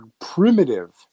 primitive